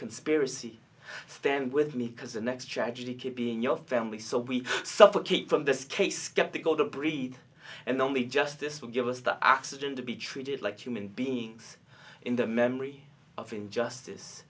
conspiracy stand with me because the next tragedy could be in your family so we suffocate from this case skeptical the breed and only justice will give us the accident to be treated like human beings in the memory of injustice